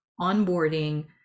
onboarding